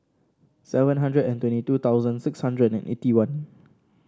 seven hundred and twenty two thousand six hundred eighty one